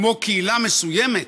כמו קהילה מסוימת,